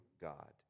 God